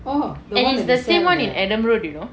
and it's the same one in adam road you know